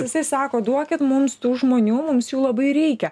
jisai sako duokit mums tų žmonių mums jų labai reikia